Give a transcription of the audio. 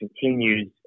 continues